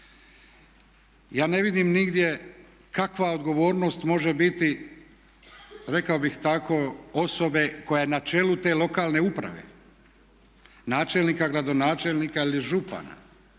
Ja ne vidim nigdje kakva odgovornost može biti rekao bih tako osobe koja je na čelu te lokalne uprave, načelnika, gradonačelnika ili župana